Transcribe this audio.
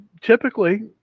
Typically